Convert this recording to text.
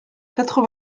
quatre